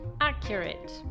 Accurate